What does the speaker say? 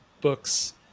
books